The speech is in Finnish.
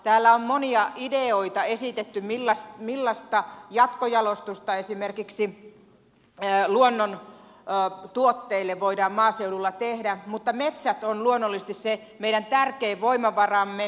täällä on monia ideoita esitetty millaista jatkojalostusta esimerkiksi luonnontuotteille voidaan maaseudulla tehdä mutta metsät ovat luonnollisesti se meidän tärkein voimavaramme